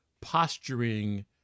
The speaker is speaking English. posturing